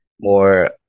more